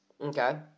Okay